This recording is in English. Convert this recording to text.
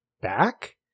back